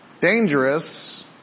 dangerous